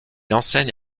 enseigne